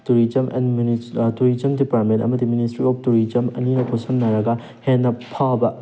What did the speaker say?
tourism tourism department ꯑꯃꯗꯤ ministry of tourism ꯑꯅꯤꯃꯛ ꯈꯨꯁꯝꯅꯔꯒ ꯍꯦꯟꯅ ꯐꯕ